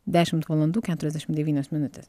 dešimt valandų keturiasdešim devynios minutės